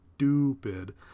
stupid